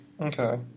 okay